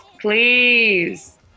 Please